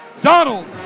Donald